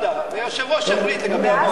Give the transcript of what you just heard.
--- היושב-ראש יחליט לגבי הוועדה.